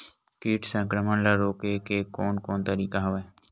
कीट संक्रमण ल रोके के कोन कोन तरीका हवय?